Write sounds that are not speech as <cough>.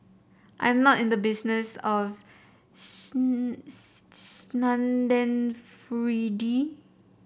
I am not in the business of <unintelligible>